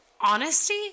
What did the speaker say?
honesty